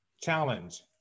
challenge